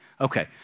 Okay